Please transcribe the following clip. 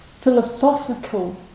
philosophical